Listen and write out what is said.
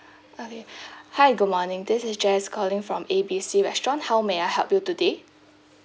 okay hi good morning this is jess calling from A B C restaurant how may I help you today